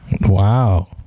wow